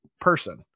person